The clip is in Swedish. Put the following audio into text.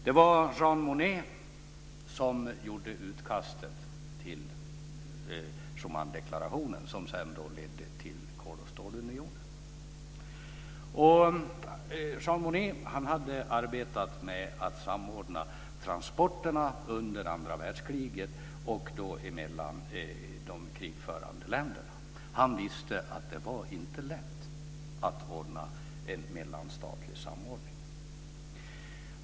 Det var Jean Monet som gjorde utkastet till Schumandeklarationen som sedan ledde till Kol och stålunionen. Jean Monet hade arbetat med att samordna transporterna under andra världskriget mellan de krigförande länderna. Han visste att det inte var lätt att få en mellanstatlig samordning.